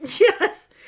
Yes